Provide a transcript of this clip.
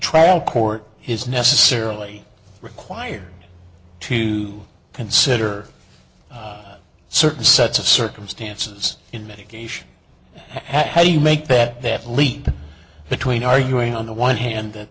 trial court has necessarily required to consider certain sets of circumstances in mitigation had how do you make that that leap between arguing on the one hand th